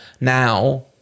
now